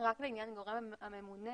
רק לעניין הגורם הממונה.